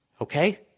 okay